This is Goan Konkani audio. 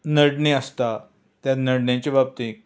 नडणी आसता ते नडणीचे बाबतींत